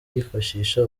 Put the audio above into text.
yifashisha